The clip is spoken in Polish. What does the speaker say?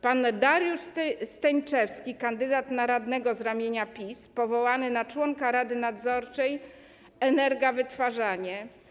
Pan Dariusz Sieńczewski - kandydat na radnego z ramienia PiS, powołany na członka rady nadzorczej Energa Wytwarzanie.